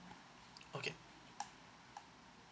okay